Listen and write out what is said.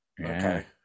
Okay